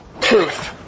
truth